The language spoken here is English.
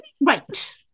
Right